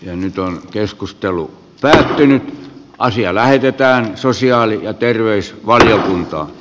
jo nyt on keskustellut tosi asia lähetetään sosiaali ja terveysvaliokuntaa